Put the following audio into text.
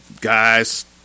Guys